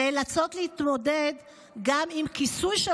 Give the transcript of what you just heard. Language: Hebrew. אנחנו נאלצות להתמודד גם עם כיסוי של